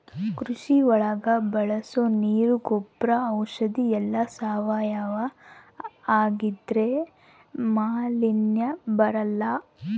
ಕೃಷಿ ಒಳಗ ಬಳಸೋ ನೀರ್ ಗೊಬ್ರ ಔಷಧಿ ಎಲ್ಲ ಸಾವಯವ ಆಗಿದ್ರೆ ಮಾಲಿನ್ಯ ಬರಲ್ಲ